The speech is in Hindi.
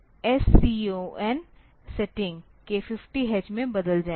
तो वे scon सेटिंग के 50h में बदल जाएंगे